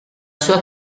sua